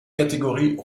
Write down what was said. catégorie